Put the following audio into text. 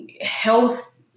health